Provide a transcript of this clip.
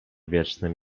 wiecznym